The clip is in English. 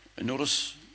Notice